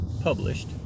published